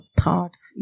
thoughts